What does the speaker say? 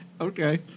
Okay